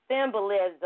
symbolism